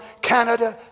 Canada